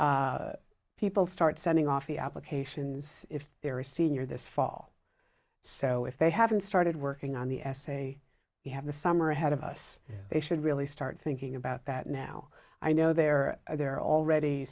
game people start sending off the applications if there are a senior this fall so if they haven't started working on the essay you have the summer ahead of us they should really start things thing about that now i know there are there are already